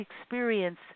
experience